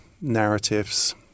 narratives